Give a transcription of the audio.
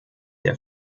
der